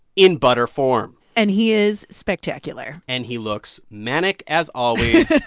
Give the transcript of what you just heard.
in butter form and he is spectacular and he looks manic as always,